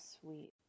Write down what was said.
sweet